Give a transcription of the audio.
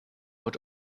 but